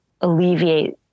alleviate